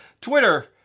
Twitter